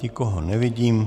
Nikoho nevidím.